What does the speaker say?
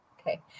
Okay